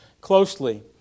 closely